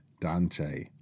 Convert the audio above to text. Dante